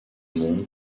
monde